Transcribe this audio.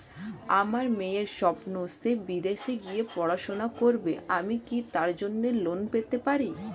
আমার মেয়ের স্বপ্ন সে বিদেশে গিয়ে পড়াশোনা করবে আমি কি তার জন্য লোন পেতে পারি?